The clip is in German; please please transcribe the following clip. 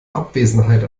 abwesenheit